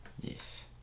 yes